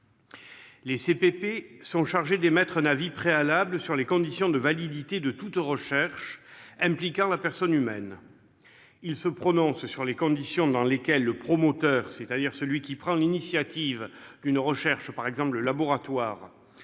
Les CPP sont chargés d'émettre un avis préalable sur les conditions de validité de toute recherche impliquant la personne humaine. Ils se prononcent sur les conditions dans lesquelles le promoteur- celui qui prend l'initiative d'une recherche, par exemple le laboratoire